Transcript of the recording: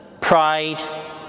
pride